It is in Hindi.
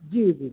जी जी